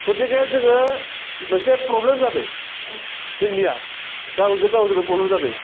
गथिखे जोङो मोनसे प्रब्लेम जादों जोंनिया गावजों गावनो प्रब्लेम जादों